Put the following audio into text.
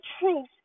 truth